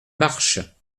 marches